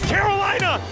Carolina